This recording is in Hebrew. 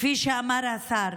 כפי שאמר השר,